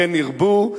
כן ירבו,